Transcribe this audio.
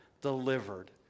delivered